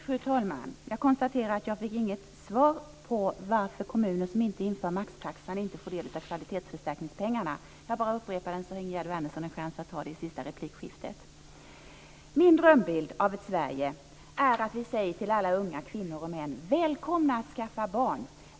Fru talman! Jag konstaterar att jag inte fick något svar på frågan om varför kommuner som inte inför maxtaxan inte får del av kvalitetsförstärkningspengarna. Jag bara upprepar den, så att Ingegerd Wärnersson har en chans att ta upp den i den sista repliken. Min drömbild av ett Sverige är att vi säger till alla unga kvinnor och män: Välkomna att skaffa barn!